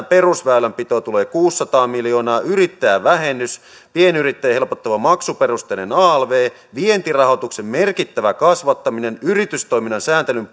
perusväylänpitoon tulee kuusisataa miljoonaa yrittäjävähennys pienyrittäjiä helpottava maksuperusteinen alv vientirahoituksen merkittävä kasvattaminen yritystoiminnan sääntelyn